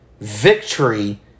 Victory